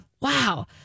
Wow